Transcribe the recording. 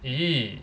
e